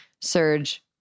surge